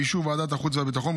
באישור ועדת החוץ והביטחון,